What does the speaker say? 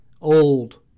old